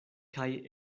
kaj